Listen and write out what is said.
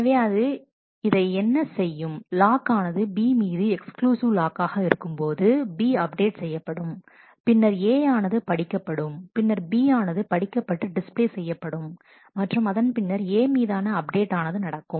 எனவே அது இதை என்ன செய்யும் லாக் ஆனது B மீது எக்ஸ்க்ளூசிவ் லாக் ஆக இருக்கும்போது B அப்டேட் செய்யப்படும் பின்னர் A ஆனது படிக்கப்படும் பின்னர் B ஆனது படிக்கப்பட்டு டிஸ்ப்ளே செய்யப்படும் மற்றும் அதன் பின்னர் A மீதான அப்டேட் ஆனது நடக்கும்